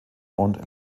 und